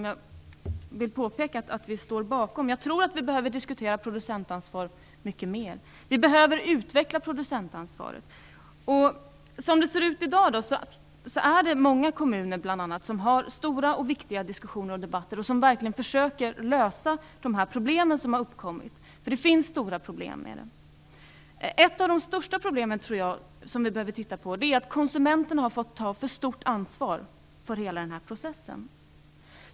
Jag vill påpeka att vi står bakom denna reservation. Jag tror att vi behöver diskutera producentansvar mycket mer. Vi behöver utveckla producentansvaret. Som det ser ut i dag är det många kommuner som har stora och viktiga diskussioner och debatter och som verkligen försöker lösa de problem som har uppkommit. Det finns nämligen stora problem i detta sammanhang. Ett av de största problemen som vi behöver se över är att konsumenten har fått ta för stort ansvar för hela denna process.